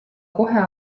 kohe